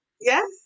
Yes